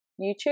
YouTube